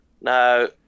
Now